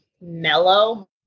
mellow